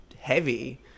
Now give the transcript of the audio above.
heavy